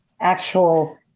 actual